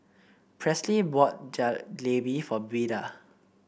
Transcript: Presley bought Jalebi for Beda